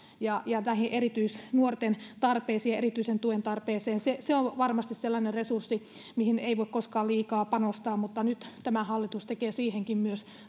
ja ja näihin erityisnuorten tarpeisiin erityisen tuen tarpeeseen se on varmasti sellainen resurssi mihin ei voi koskaan liikaa panostaa mutta nyt tämä hallitus tekee siihenkin